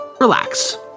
relax